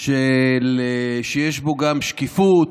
שיש בו גם שקיפות,